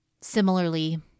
Similarly